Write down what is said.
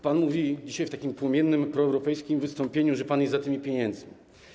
Pan mówił dzisiaj w takim płomiennym proeuropejskim wystąpieniu, że pan jest za tymi pieniędzmi.